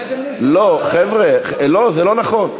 לא, זה לא נכון.